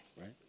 right